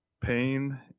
pain